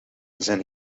zijn